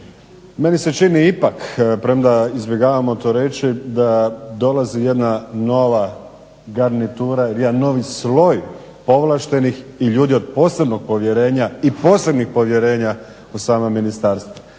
Meni se čini ipak premda izbjegavamo to reći da dolazi jedna nova garnitura i jedan novi sloj povlaštenih i ljudi od posebnog povjerenja i posebnih povjerenja u samom ministarstvu.